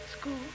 school